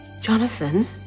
Jonathan